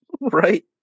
right